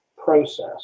process